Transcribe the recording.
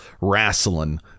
wrestling